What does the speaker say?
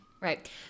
Right